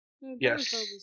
Yes